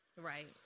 Right